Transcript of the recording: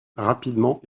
rapidement